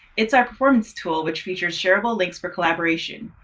it's our performance tool which features shareable links for collaboration.